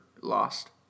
lost